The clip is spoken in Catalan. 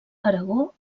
aragó